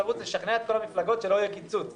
ולשכנע את כל המפלגות שלא יהיה קיצוץ.